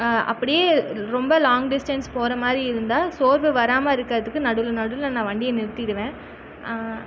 அப்படியே ரொம்ப long distance போகிற மாதிரி இருந்தால் சோர்வு வராமல் இருக்கிறதுக்கு நடுவில் நடுவில் நான் வண்டியை நிறுத்திவிடுவேன்